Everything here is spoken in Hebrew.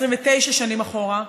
29 שנים אחורה,